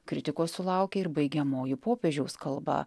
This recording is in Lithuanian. kritikos sulaukė ir baigiamoji popiežiaus kalba